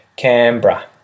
Canberra